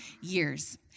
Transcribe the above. years